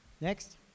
Next